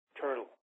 turtle